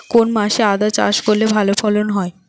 কোন মাসে আদা চাষ করলে ভালো ফলন হয়?